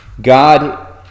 God